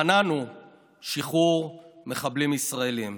מנענו שחרור מחבלים ישראלים.